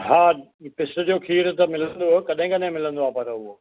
हा पिस जो खीरु त मिलंदो कॾहिं कॾहिं मिलंदो आहे पर उहो